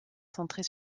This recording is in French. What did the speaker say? centrée